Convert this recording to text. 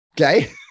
okay